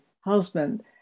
husband